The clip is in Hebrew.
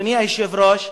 אדוני היושב-ראש,